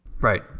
Right